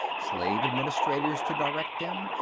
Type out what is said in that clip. slave administrators to direct them,